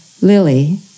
Lily